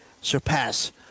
surpass